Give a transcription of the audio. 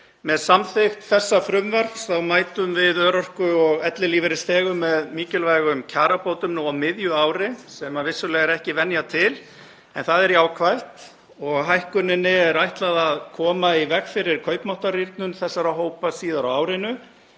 Með samþykkt þessa frumvarps mætum við örorku- og ellilífeyrisþegum með mikilvægum kjarabótum nú á miðju ári, sem vissulega er ekki venjan, en það er jákvætt. Hækkuninni er ætlað að koma í veg fyrir kaupmáttarrýrnun þessara hópa síðar á árinu